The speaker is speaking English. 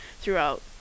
throughout